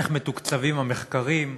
איך מתוקצבים המחקרים,